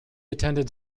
attended